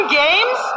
games